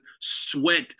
sweat